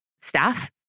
staff